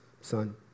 son